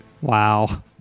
Wow